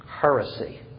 heresy